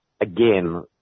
again